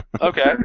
Okay